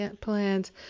plans